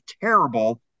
terrible